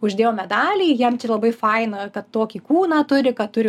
uždėjo medalį jam čia labai faina kad tokį kūną turi kad turi